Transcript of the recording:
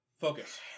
Focus